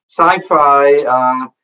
sci-fi